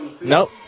Nope